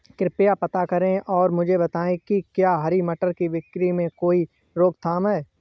कृपया पता करें और मुझे बताएं कि क्या हरी मटर की बिक्री में कोई रोकथाम है?